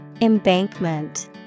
Embankment